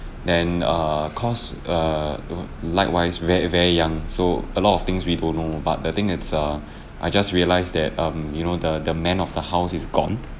then err cause err v~ likewise ve~ very young so a lot of things we don't know but the thing it's uh I just realise that um you know the the man of the house is gone